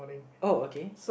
oh okay